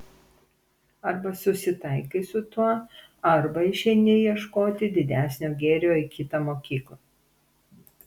arba susitaikai su tuo arba išeini ieškoti didesnio gėrio į kitą mokyklą